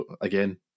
again